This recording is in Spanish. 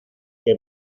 que